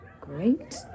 great